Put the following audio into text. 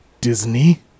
Disney